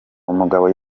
umugabo